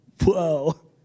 whoa